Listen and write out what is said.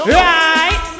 right